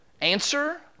Answer